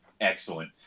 Excellent